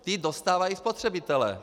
Ty dostávají spotřebitelé.